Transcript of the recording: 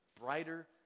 brighter